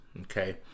Okay